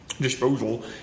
Disposal